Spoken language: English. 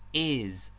is,